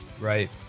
right